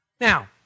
Now